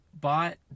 bought